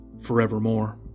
forevermore